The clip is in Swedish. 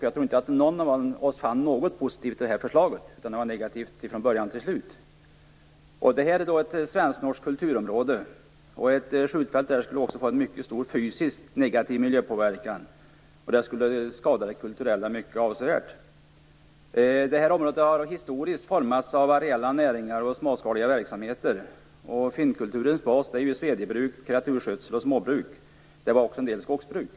Jag tror inte att någon av oss fann något positivt i det här förslaget. Det var negativt från början till slut. Det här är ett svensk-norskt kulturområde. Ett skjutfält här skulle innebära mycket stor fysisk negativ miljöpåverkan. Det skulle skada det kulturella avsevärt. Det här området har historiskt formats av areella näringar och småskaliga verksamheter. Och finnkulturens bas är ju svedjebruk, kreaturskötsel, småbruk och också en del skogsbruk.